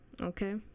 okay